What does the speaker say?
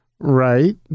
Right